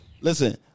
Listen